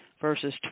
verses